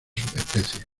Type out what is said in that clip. subespecies